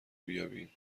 بیابیم